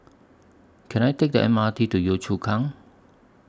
Can I Take The M R T to Yio Chu Kang